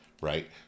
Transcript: Right